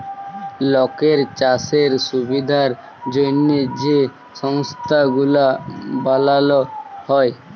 লকের চাষের সুবিধার জ্যনহে যে সংস্থা গুলা বালাল হ্যয়